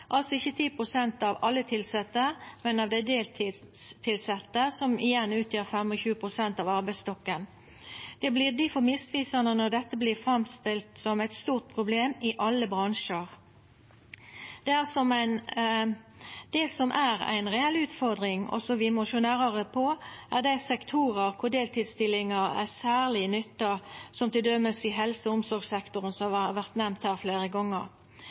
altså ikkje 10 pst. av alle tilsette, men av dei deltidstilsette, som igjen utgjer 25. pst. av arbeidstokken. Det vert difor misvisande når dette vert framstilt som eit stort problem i alle bransjar. Det som er ei reell utfordring, og som vi må sjå nærare på, er dei sektorane der deltidsstillingar er særleg nytta, som t.d. helse- og omsorgssektoren, som har vore nemnd her fleire